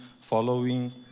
following